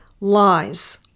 lies